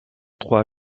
trois